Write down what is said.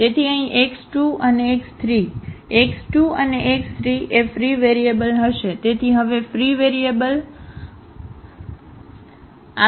તેથી અહીં x2 અને x3 x2 અને x3 એ ફ્રી વેરિયેબલ હશે તેથી હવે ફ્રી વેરિયેબલ હશે ફ્રી વેરિયેબલ